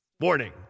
Warning